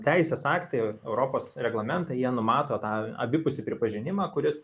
teisės aktai europos reglamentai jie numato tą abipusį pripažinimą kuris